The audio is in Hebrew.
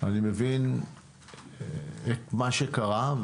אני מבין את מה שקרה.